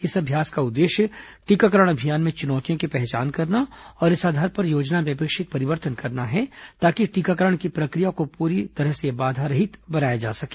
इस अभ्यास का उद्देश्य टीकाकरण अभियान में चुनौतियों की पहचान करना और इस आधार पर योजना में अपेक्षित परिवर्तन करना है ताकि टीकाकरण की प्रक्रिया को पूरी तरह बाधारहित बनाया जा सके